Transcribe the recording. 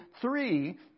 three